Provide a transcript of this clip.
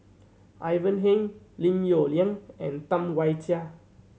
Ivan Heng Lim Yong Liang and Tam Wai Jia